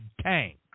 tanks